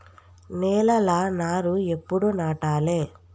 నేలలా నారు ఎప్పుడు నాటాలె?